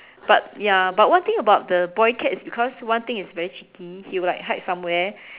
but ya but one thing about the boy cat is because one thing is very cheeky he will like hide somewhere